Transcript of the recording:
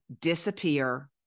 disappear